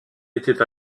étaient